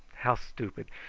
how stupid!